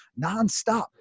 nonstop